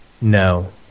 No